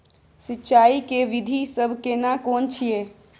सिंचाई के विधी सब केना कोन छिये?